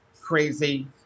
crazy